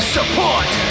Support